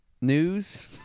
news